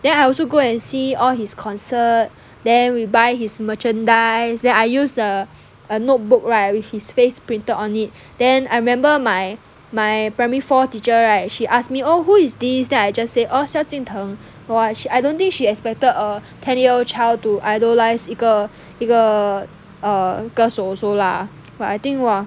then I also go and see all his concert then we buy his merchandise then I use the a notebook right with his face printed on it then I remember my my primary four teacher right she asked me oh who is this that I just say oh 萧敬腾 !wah! I don't think she expected a ten year old child to idolise 一个一个 err 歌手 also lah but I think !wah!